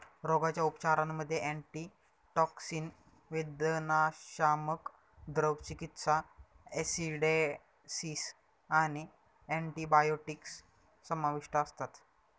रोगाच्या उपचारांमध्ये अँटीटॉक्सिन, वेदनाशामक, द्रव चिकित्सा, ॲसिडॉसिस आणि अँटिबायोटिक्स समाविष्ट असतात